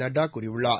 நட்டா கூறியுள்ளார்